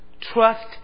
Trust